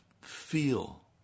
feel